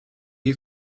you